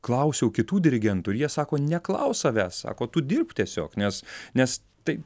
klausiau kitų dirigentų ir jie sako neklaus savęs sako tu dirbk tiesiog nes nes tai